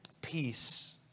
peace